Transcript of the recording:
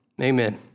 Amen